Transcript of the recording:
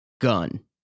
gun